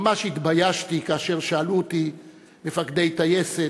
ממש התביישתי כאשר שאלו אותי מפקדי טייסת,